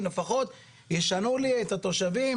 שלפחות ישנעו לי את התושבים,